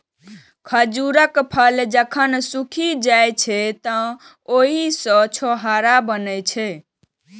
खजूरक फल जखन सूखि जाइ छै, तं ओइ सं छोहाड़ा बनै छै